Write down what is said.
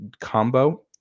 combo